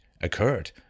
occurred